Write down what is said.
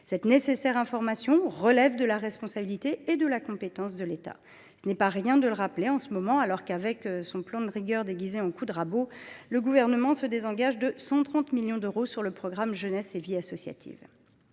Cette nécessaire information relève de la responsabilité et de la compétence de l’État. Ce n’est pas rien de le rappeler en ce moment, alors que, avec son plan de rigueur déguisé en coup de rabot, le Gouvernement se désengage à hauteur de 130 millions d’euros du programme 163 « Jeunesse et vie associative